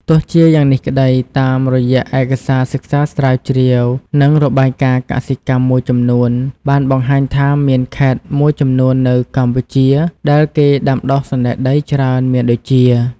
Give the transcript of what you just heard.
ទោះជាយ៉ាងនេះក្តី តាមរយៈឯកសារសិក្សាស្រាវជ្រាវ និងរបាយការណ៍កសិកម្មមួយចំនួន បានបង្ហាញថាមានខេត្តមួយចំនួននៅកម្ពុជាដែលគេដាំដុះសណ្តែកដីច្រើនមានដូចជា។